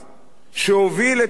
שהוביל את המהלך,